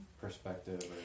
perspective